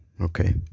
okay